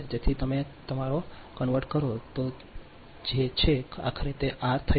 તેથી જો તમે આ તારો કન્વર્ટ કરો જો તે છે તો આખરે તે આર થઈ જશે